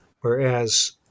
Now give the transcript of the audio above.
whereas